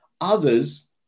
Others